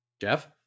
Jeff